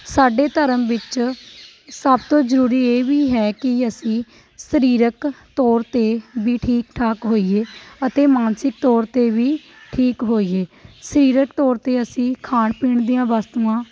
ਸਾਡੇ ਧਰਮ ਵਿੱਚ ਸਭ ਤੋਂ ਜ਼ਰੂਰੀ ਇਹ ਵੀ ਹੈ ਕਿ ਅਸੀਂ ਸਰੀਰਕ ਤੌਰ 'ਤੇ ਵੀ ਠੀਕ ਠਾਕ ਹੋਈਏ ਅਤੇ ਮਾਨਸਿਕ ਤੌਰ 'ਤੇ ਵੀ ਠੀਕ ਹੋਈਏ ਸਰੀਰਕ ਤੌਰ 'ਤੇ ਅਸੀਂ ਖਾਣ ਪੀਣ ਦੀਆਂ ਵਸਤੂਆਂ